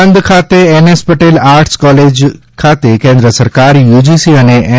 આણંદ ખાતે N S Patel arts college ખાતે કેન્દ્ર સરકાર યુજીસી અને એન